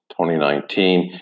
2019